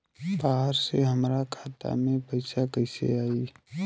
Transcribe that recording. बाहर से हमरा खाता में पैसा कैसे आई?